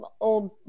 old